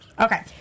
Okay